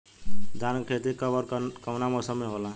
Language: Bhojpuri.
धान क खेती कब ओर कवना मौसम में होला?